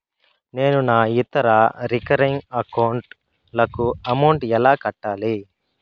నేను నా ఇతర రికరింగ్ అకౌంట్ లకు అమౌంట్ ఎలా కట్టాలి?